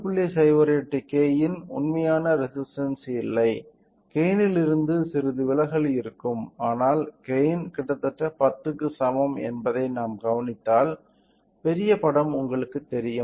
08 K இன் உண்மையான resistance இல்லை கெய்ன்லிருந்து சிறிது விலகல் இருக்கும் ஆனால் கெய்ன் கிட்டத்தட்ட 10 க்கு சமம் என்பதை நாம் கவனித்தால் பெரிய படம் உங்களுக்கு தெரியும்